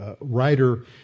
writer